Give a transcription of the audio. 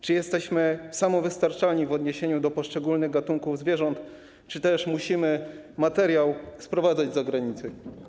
Czy jesteśmy samowystarczalni w odniesieniu do poszczególnych gatunków zwierząt, czy też musimy materiał sprowadzać z zagranicy?